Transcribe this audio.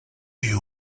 you